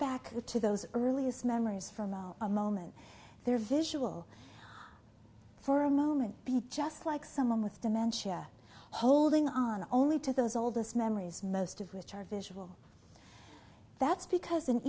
back to those earliest memories from a moment their visual for a moment be just like someone with dementia holding on only to those oldest memories most of which are visual that's because in